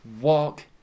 walk